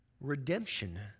redemption